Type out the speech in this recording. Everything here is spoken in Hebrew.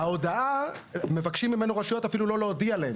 ההודעה, מבקשים ממנו ברשויות אפילו לא להודיע להם.